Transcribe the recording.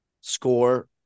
score